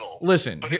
Listen